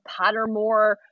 Pottermore